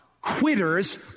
quitters